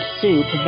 soup